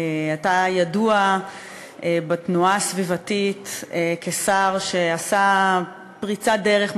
אתה ידוע בתנועה הסביבתית כשר שעשה פריצת דרך,